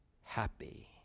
happy